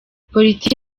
politiki